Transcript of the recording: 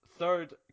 third